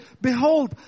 behold